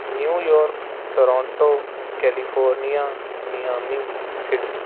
New York Toronto California Myanmar Sydney